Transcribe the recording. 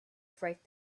freight